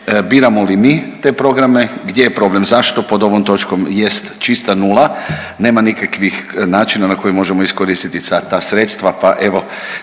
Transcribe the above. biramo li mi te programe, gdje je problem, zašto pod ovom točkom jest čista nula, nema nikakvih načina na koje možemo iskoristiti sva ta sredstva, pa evo